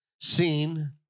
seen